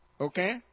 Okay